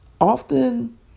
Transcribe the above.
Often